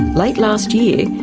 late last year,